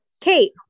Kate